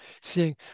seeing